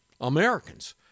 Americans